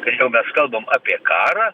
kai jau mes kalbam apie karą